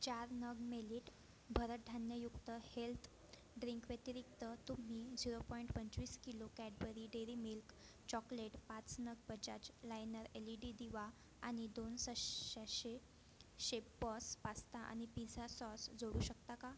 चार नग मेलिट भरडधान्ययुक्त हेल्त ड्रिंकव्यतिरिक्त तुम्ही झिरो पॉईंट पंचवीस kilo Cadbury dairy milk chocolate पाच नग Bajaj liner L E D diva आणि दोन सश् शॅशे शेपबॉस पास्ता आणि पिझ्झा सॉस जोडू शकता का